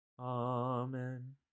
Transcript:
Amen